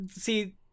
see